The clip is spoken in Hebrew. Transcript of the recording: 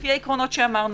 לפי העקרונות שאמרנו: